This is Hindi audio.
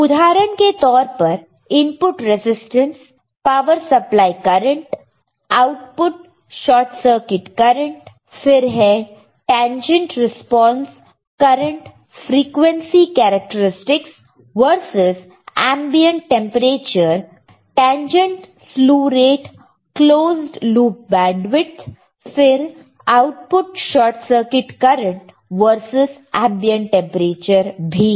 उदाहरण के तौर पर input resistance power supply current output short circuit current फिर है tangent response current frequency characteristics versus ambient temperature tangent slew rate closed loop bandwidth फिर output short circuit current versus ambient temperature भी है